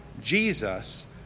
Jesus